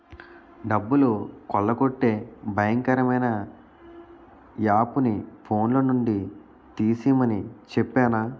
డబ్బులు కొల్లగొట్టే భయంకరమైన యాపుని ఫోన్లో నుండి తీసిమని చెప్పేనా